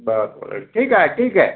बरं बरं ठीक आहे ठीक आहे